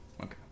okay